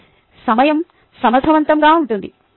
ఇది సమయం సమర్థవంతంగా ఉంటుంది